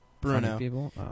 Bruno